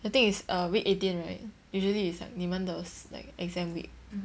I think it's err week eighteen right usually is like 你们的 exam week